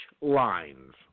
lines